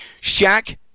Shaq